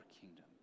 kingdom